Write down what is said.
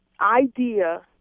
idea